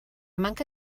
manca